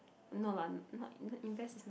no lah not you know invest